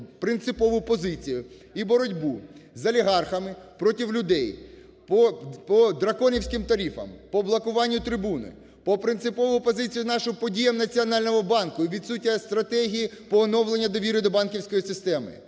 принципову позицію і боротьбу з олігархами проти людей по драконівським тарифам, по блокуванню трибуни, по принциповій позиції нашій по діям Національного банку і відсутність стратегії по оновленню довіри до банківської системи.